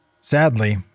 Sadly